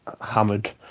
hammered